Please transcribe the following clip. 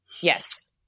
yes